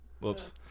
whoops